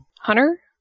Hunter